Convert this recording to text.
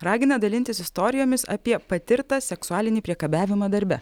ragina dalintis istorijomis apie patirtą seksualinį priekabiavimą darbe